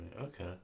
Okay